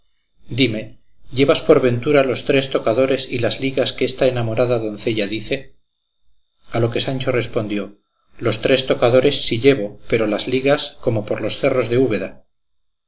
dime llevas por ventura los tres tocadores y las ligas que esta enamorada doncella dice a lo que sancho respondió los tres tocadores sí llevo pero las ligas como por los cerros de úbeda